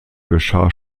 geschah